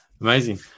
Amazing